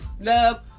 love